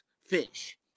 fish